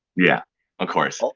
yeah of course. so